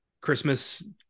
Christmas